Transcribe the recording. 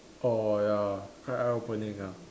orh ya quite eye opening ah